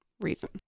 reason